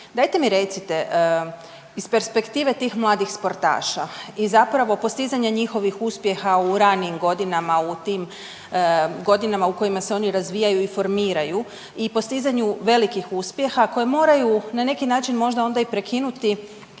Dajte mi recite iz perspektive tih mladih sportaša i zapravo postizanje njihovih uspjeha u ranijim godinama u tim godinama u ikojima se oni razvijaju, informiraju i postizanju velikih uspjeha koje moraju na neki način možda onda i prekinuti